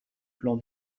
plan